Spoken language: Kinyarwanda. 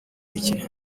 bike